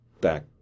back